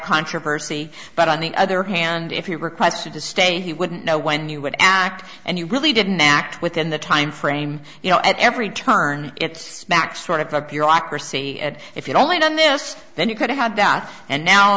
controversy but on the other hand if you requested to stay he wouldn't know when you would act and you really didn't act within the timeframe you know at every turn it's back sort of a bureaucracy if you'd only done this then you could have done and now